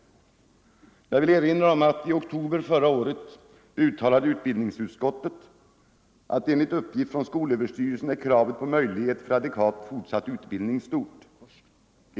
Jag vill erinra om att utbildningsutskottet i oktober förra året uttalade: ”Enligt uppgift från skolöverstyrelsen är kravet på möjlighet till adekvat fortsatt utbildning stort.